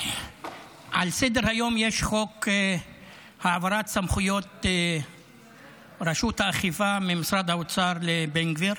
על סדר-היום יש חוק העברת סמכויות רשות האכיפה ממשרד האוצר לבן גביר.